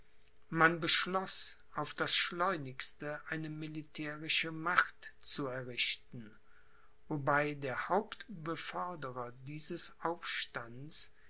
man beschloß auf das schleunigste eine militärische macht zu errichten wobei der hauptbeförderer dieses aufstands